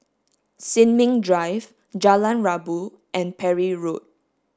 Sin Ming Drive Jalan Rabu and Parry Road